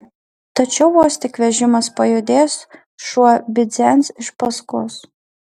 tačiau vos tik vežimas pajudės šuo bidzens iš paskos